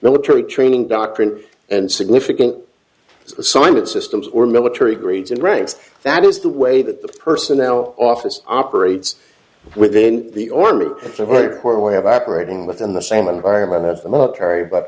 military training doctrine and significant assignment systems or military grades and ranks that is the way that the personnel office operates within the army corps way of operating within the same environment